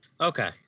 Okay